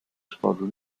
squadron